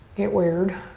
get weird.